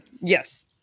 Yes